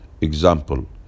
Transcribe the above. Example